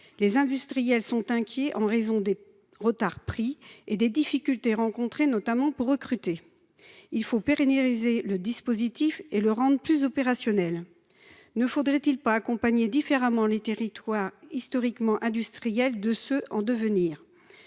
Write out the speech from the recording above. les industriels sont inquiets, en raison des retards pris et des difficultés rencontrées, notamment pour recruter. Il faut pérenniser le dispositif et le rendre plus opérationnel. Ne faudrait il pas accompagner différemment les territoires historiquement industriels et les territoires